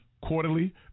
quarterly